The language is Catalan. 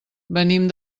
venim